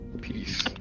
Peace